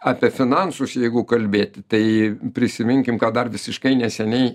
apie finansus jeigu kalbėti tai prisiminkim ką dar visiškai neseniai